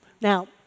Now